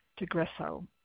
Degresso